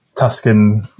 Tuscan